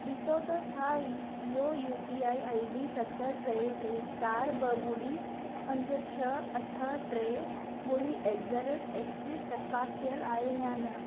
ॾिसो त छा ई इहो यू पी आई आई डी सत टे टे चारि ॿ ॿुड़ी पंज छह अठ टे ॿुड़ी एट द रेट एक्सिस चकासियल आहे या न